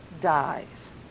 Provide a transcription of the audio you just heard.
dies